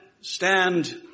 stand